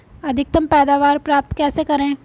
अधिकतम पैदावार प्राप्त कैसे करें?